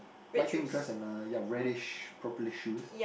light pink dress and uh ya reddish purplish shoes